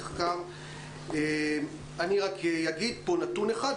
אני אגיד נתון אחד,